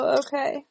okay